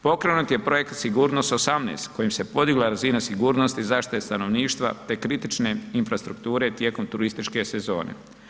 Pokrenut je projekt Sigurnost 18 kojim se podigla razina sigurnosti zaštite stanovništva, te kritične infrastrukture tijekom turističke sezone.